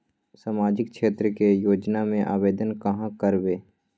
सामाजिक क्षेत्र के योजना में आवेदन कहाँ करवे?